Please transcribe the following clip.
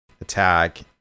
attack